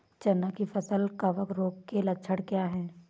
चना की फसल कवक रोग के लक्षण क्या है?